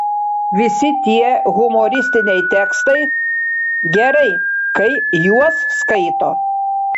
visi tie humoristiniai tekstai gerai kai juos skaito